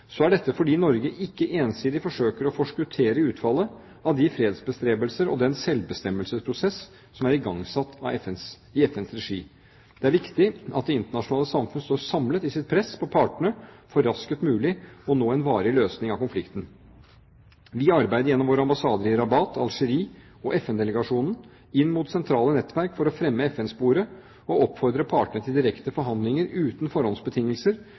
ensidig forsøker å forskuttere utfallet av de fredsbestrebelser og den selvbestemmelsesprosess som er igangsatt i FNs regi. Det er viktig at det internasjonale samfunn står samlet i sitt press på partene for raskest mulig å nå en varig løsning av konflikten. Vi arbeider gjennom våre ambassader i Rabat, Algerie og FN-delegasjonen inn mot sentrale nettverk for å fremme FN-sporet og oppfordre partene til direkte forhandlinger uten forhåndsbetingelser